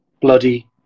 bloody